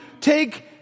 take